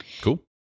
Cool